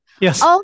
yes